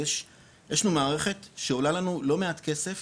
ויש לנו מערכת שעולה לנו לא מעט כסף